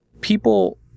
People